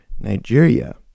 Nigeria